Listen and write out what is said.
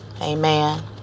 Amen